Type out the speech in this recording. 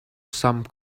some